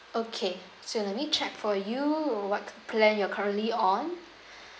okay so let me check for you what plan you're currently on